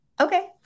Okay